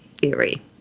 theory